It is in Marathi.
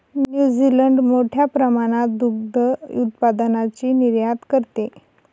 न्यूझीलंड मोठ्या प्रमाणात दुग्ध उत्पादनाची निर्यात करते